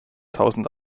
tausend